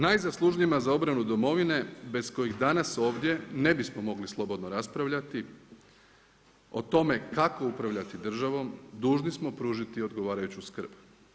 Najzaslužnijima za obranu domovine bez kojih danas ovdje ne bismo mogli slobodno raspravljati o tome kako upravljati državom, dužni smo pružiti odgovarajuću skrb.